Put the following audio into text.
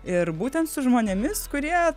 ir būtent su žmonėmis kurie